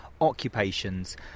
occupations